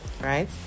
right